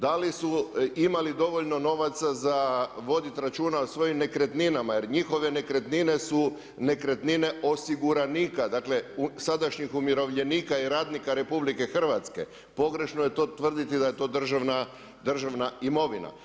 Da li su imali dovoljno novaca za voditi računa o svojim nekretninama jer njihove nekretnine su nekretnine osiguranika, dakle sadašnjih umirovljenika i radnika RH, pogrešno je to tvrditi da je to državna imovina.